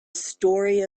story